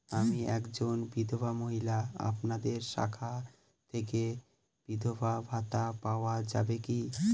আমি একজন বিধবা মহিলা আপনাদের শাখা থেকে বিধবা ভাতা পাওয়া যায় কি?